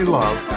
love